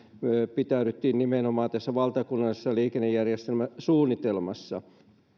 pitäydyttiin nimenomaan tässä valtakunnallisessa liikennejärjestelmäsuunnitelmassa